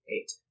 eight